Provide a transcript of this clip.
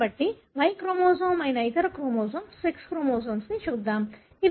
కాబట్టి Y chromosome అయిన ఇతర క్రోమోజోమ్ సెక్స్ క్రోమోజోమ్ని చూద్దాం